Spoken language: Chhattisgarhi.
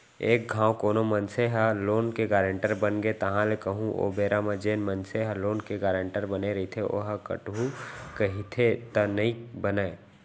एक घांव कोनो मनसे ह लोन के गारेंटर बनगे ताहले कहूँ ओ बेरा म जेन मनसे ह लोन के गारेंटर बने रहिथे ओहा हटहू कहिथे त नइ बनय